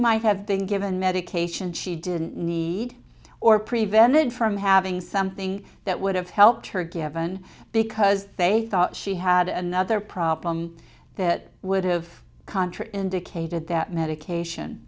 have been given medication she didn't need or prevented from having something that would have helped her given because they thought she had another problem that would have contra indicated that medication